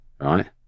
right